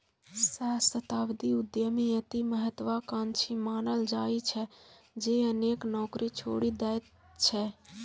सहस्राब्दी उद्यमी अति महात्वाकांक्षी मानल जाइ छै, जे अनेक नौकरी छोड़ि दैत छै